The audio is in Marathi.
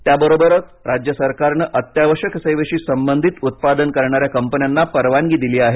त्याबरोबर राज्य सरकारने अत्यावश्यक सेवेशी संबंधित उत्पादन करण्याऱ्या कंपन्यांना परवानगी दिली आहे